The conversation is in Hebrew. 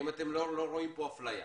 אתם לא רואים בו אפליה?